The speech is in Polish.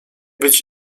być